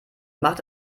macht